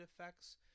effects